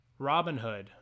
Robinhood